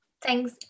Thanks